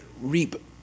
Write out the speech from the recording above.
reap